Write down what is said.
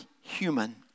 human